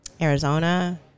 Arizona